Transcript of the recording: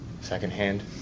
secondhand